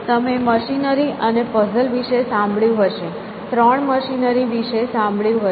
તમે મશીનરી અને પઝલ વિશે સાંભળ્યું હશે ત્રણ મશીનરી વિશે સાંભળ્યું હશે